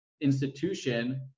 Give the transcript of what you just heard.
institution